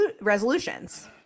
resolutions